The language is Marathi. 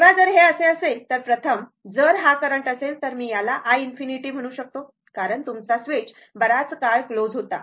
तेव्हा जर हे असे असेल तर प्रथम जर हा करंट असेल तर मी याला i∞ म्हणू शकतो कारण तुमचा स्विच बराच काळ क्लोज होता